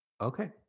okay